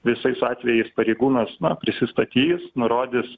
visais atvejais pareigūnas na prisistatys nurodis